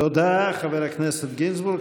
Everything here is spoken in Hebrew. תודה, חבר הכנסת גינזבורג.